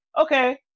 Okay